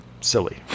silly